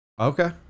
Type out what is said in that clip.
Okay